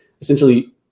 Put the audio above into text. essentially